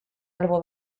albo